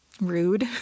rude